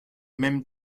même